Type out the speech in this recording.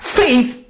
faith